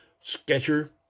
Sketcher